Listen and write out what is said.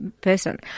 person